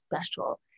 special